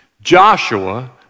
Joshua